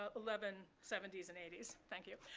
ah eleven seventy s and eighty s. thank you.